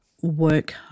work